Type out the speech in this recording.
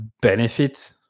benefit